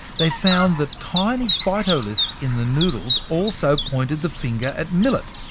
they found that tiny phytoliths in the noodles also pointed the finger at millet.